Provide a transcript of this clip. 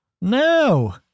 No